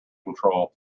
control